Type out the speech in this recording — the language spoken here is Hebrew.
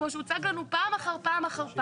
כמו שהוצג לנו פעם אחר פעם אחר פעם,